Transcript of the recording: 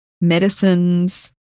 medicines